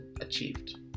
achieved